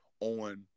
on